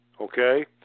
Okay